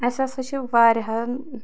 اسہِ ہَسا چھِ واریاہَن